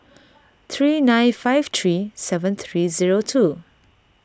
three nine five three seven three zero two